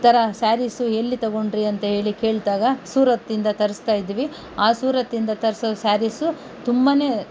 ಥರ ಸ್ಯಾರೀಸು ಎಲ್ಲಿ ತಗೊಂಡ್ರಿ ಅಂತ ಹೇಳಿ ಕೇಳಿದಾಗ ಸೂರತ್ ಇಂದ ತರಿಸ್ತಾಯಿದ್ವಿ ಆ ಸೂರತಿಂದ ತರಿಸೋ ಸಾರೀಸು ತುಂಬನೆ